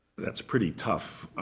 that's pretty tough,